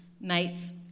mates